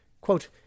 Quote